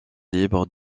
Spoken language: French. libres